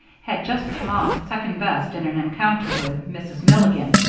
had just come off second-best in an encounter with mrs. milligan,